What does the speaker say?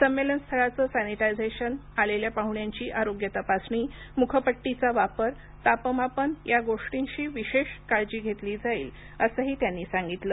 संमेलन स्थळाचं सॅनिटायझेशन आलेल्या पाहुण्यांची आरोग्य तपासणी मुखपट्टीचा वापर तापमापन या गोष्टींशी विशेष काळजी घेतली जाईल असंही त्यांनी सांगितलं